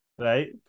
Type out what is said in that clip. right